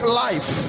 life